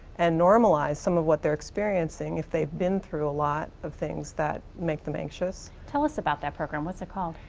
and normalize some of what they're experiencing if they've been through a lot of things that make them anxious. tell us about that program. what's it called?